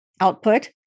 output